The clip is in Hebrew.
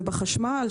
ובחשמל,